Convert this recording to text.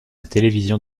télévision